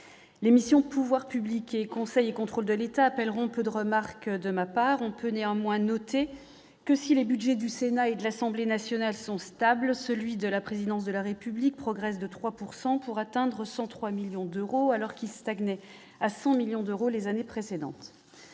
l'émission, pouvoirs publics et contrôle de l'État appelleront peu de remarques de ma part, on peut néanmoins noter que si les Budgets du Sénat et de l'Assemblée nationale sont stables, celui de la présidence de la République, progresse de 3 pourcent pour atteindre 103 millions d'euros, alors qu'il stagnait à 100 millions d'euros les années précédentes,